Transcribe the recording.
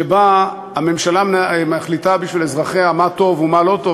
שבה הממשלה מחליטה בשביל אזרחיה מה טוב ומה לא טוב